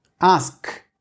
ask